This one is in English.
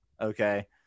Okay